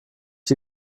die